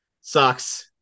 Sucks